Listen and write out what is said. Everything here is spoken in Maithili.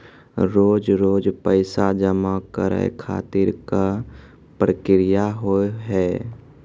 रोज रोज पैसा जमा करे खातिर का प्रक्रिया होव हेय?